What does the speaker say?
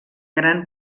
gran